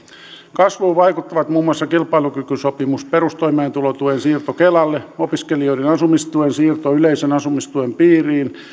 kasvuun vaikuttavat muun muassa kilpailukykysopimus perustoimeentulotuen siirto kelalle opiskelijoiden asumistuen siirto yleisen asumistuen piiriin